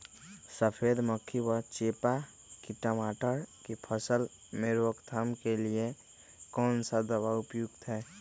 सफेद मक्खी व चेपा की टमाटर की फसल में रोकथाम के लिए कौन सा दवा उपयुक्त है?